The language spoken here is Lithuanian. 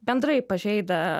bendrai pažeidę